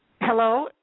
Hello